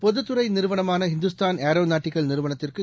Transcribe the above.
பொதுத்துறைநிறுவனமானஹிந்துஸ்தான் aeronautical நிறுவனத்திற்கு